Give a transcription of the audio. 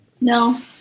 No